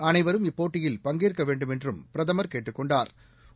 அளைவரும் இப்போட்டியில் பங்கேற்க வேண்டுமென்றும் பிரதமா் கேட்டுக் கொண்டாா்